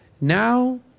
Now